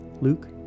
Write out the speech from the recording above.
Luke